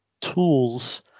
tools